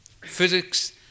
Physics